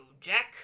Jack